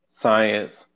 science